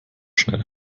schnell